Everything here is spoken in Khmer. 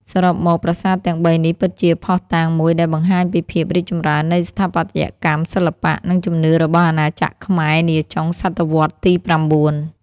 សរុបមក ប្រាសាទទាំងបីនេះពិតជាភស្តុតាងមួយដែលបង្ហាញពីភាពរីកចម្រើននៃស្ថាបត្យកម្ម សិល្បៈ និងជំនឿរបស់អាណាចក្រខ្មែរនាចុងសតវត្សរ៍ទី៩។